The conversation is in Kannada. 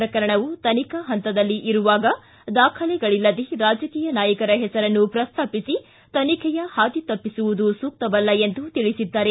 ಪ್ರಕರಣವು ತನಿಖಾ ಹಂತದಲ್ಲಿ ಇರುವಾಗ ದಾಖಲೆಗಳಿಲ್ಲದೆ ರಾಜಕೀಯ ನಾಯಕರ ಹೆಸರನ್ನು ಪ್ರಸ್ತಾಪಿಸಿ ತನಿಖೆಯ ಹಾದಿ ತಪ್ಪಿಸುವುದು ಸೂಕ್ತವಲ್ಲ ಎಂದು ತಿಳಿಸಿದ್ದಾರೆ